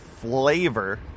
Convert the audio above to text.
flavor